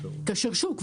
כאשר שוב,